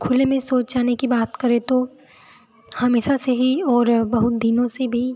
खुले में शौच जाने की बात करें तो हमेशा से ही और बहुत दिनों से भी